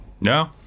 No